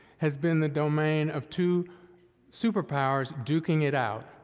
has been the domain of two super-powers duking it out,